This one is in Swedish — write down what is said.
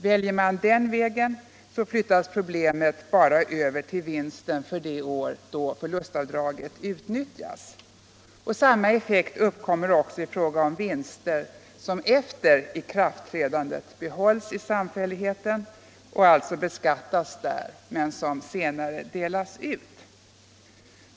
Väljer man den vägen, flyttas problemet bara över till vinsten för det år då förlustavdraget utnyttjas. Samma effekt uppkommer i fråga om vinster som efter ikraftträdandet behålls i samfälligheten och alltså beskattas där men som senare delas ut.